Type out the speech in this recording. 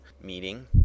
meeting